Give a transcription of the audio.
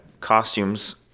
costumes